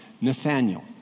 Nathaniel